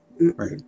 Right